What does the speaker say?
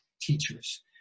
teachers